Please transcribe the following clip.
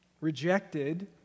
rejected